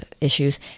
issues